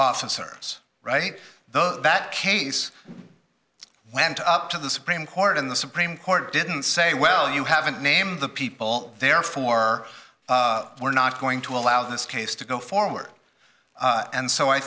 officers right though that case went up to the supreme court and the supreme court didn't say well you haven't named the people therefore we're not going to allow this case to go forward and so i